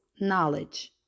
knowledge